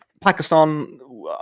Pakistan